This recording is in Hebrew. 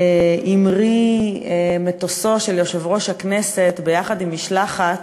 המריא מטוסו של יושב-ראש הכנסת, יחד עם משלחת